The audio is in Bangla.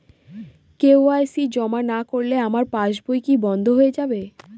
কে.ওয়াই.সি জমা না করলে আমার পাসবই কি বন্ধ হয়ে যাবে?